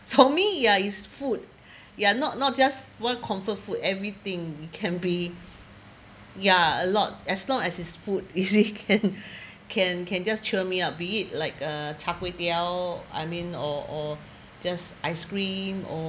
for me ya is food ya not not just what comfort food everything it can be ya a lot as long as it's food is it can can just cheer me up be it like char-kway-teow I mean or or just ice cream